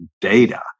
data